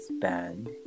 band